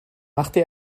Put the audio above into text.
machte